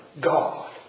God